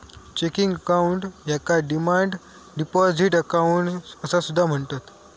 checking account याका demand deposit account असा सुद्धा म्हणतत